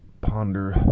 ponder